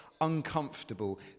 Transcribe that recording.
uncomfortable